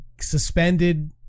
suspended